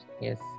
yes